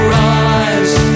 rise